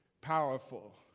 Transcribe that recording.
powerful